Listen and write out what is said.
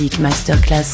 Masterclass